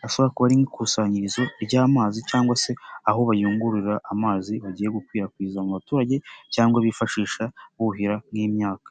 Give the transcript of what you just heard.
hashobora kuba ari nk'ikusanyirizo ry'amazi cyangwa se aho bayungururira amazi bagiye gukwirakwiza mu baturage cyangwa bifashisha buhira nk'imyaka.